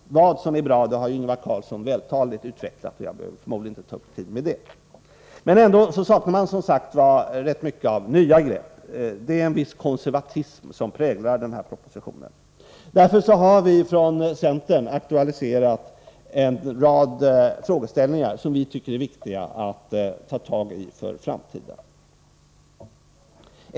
Vad som är bra har Ingvar Carlsson vältaligt utvecklat, så jag behöver förmodligen inte ta upp tid med det. Men ändå saknas som sagt i rätt stor utsträckning nya grepp —- en viss konservatism präglar propositionen. Därför har vi från centern aktualiserat en rad frågeställningar som vi tycker är viktiga att ta tag i för framtiden.